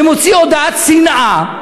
ומוציא הודעת שנאה?